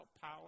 power